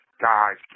guys